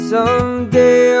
Someday